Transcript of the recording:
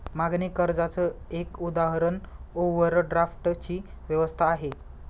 मागणी कर्जाच एक उदाहरण ओव्हरड्राफ्ट ची व्यवस्था आहे